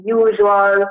usual